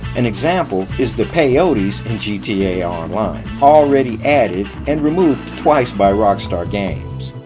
an example is the peyotes in gta online, already added and removed twice by rockstar games.